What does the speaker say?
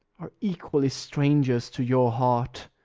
are equally strangers to your heart.